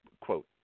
quote